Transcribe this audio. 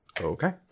Okay